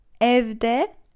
Evde